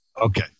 Okay